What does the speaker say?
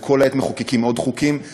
וכל העת מחוקקים עוד חוקים,